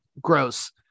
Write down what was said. gross